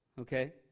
Okay